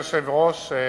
אדוני היושב-ראש,